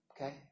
okay